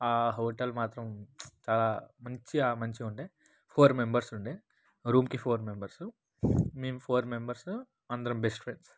hotel మాత్రం చాలా మంచిగా మంచిగుండే ఫోర్ మెంబర్స్ ఉండే రూమ్కి ఫోర్ మెంబర్సు మేం ఫోర్ మెంబర్సు అందరం బెస్ట్ ఫ్రెండ్స్